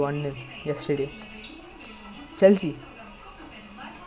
யாரோட விளையாடுறாங்க:yaroda vilaiyaaduraanga oh the [one] oh ya yesterday right ya ya